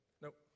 Nope